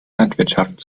landwirtschaft